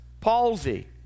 palsy